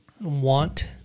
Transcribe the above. Want